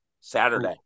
Saturday